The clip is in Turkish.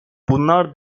bunlar